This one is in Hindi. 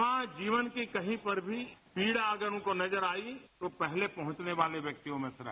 समाज जीवन की कहीं पर भी पीड़ा अगर उनको नजर आई तो पहले पहुंचने वाले व्यक्तियों में से रहे